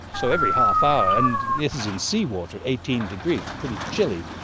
so every half hour, and this is in sea water at eighteen degrees, it's pretty chilly.